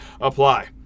apply